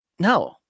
No